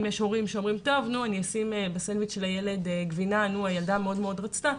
אם יש הורים שאומרים: נשים בסנדוויץ' של הילד גבינה שהוא מאוד מאוד רצה,